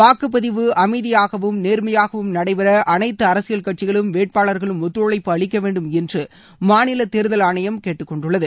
வாக்குப்பதிவு அமைதியாகவும் நேர்மையாகவும் நடைபெற அனைத்து அரசியல் கட்சிகளும் வேட்பாளர்களும் ஒத்துழைப்பு அளிக்க வேண்டும் என்று மாநில தேர்தல் ஆணையம் கேட்டுக் கொண்டுள்ளது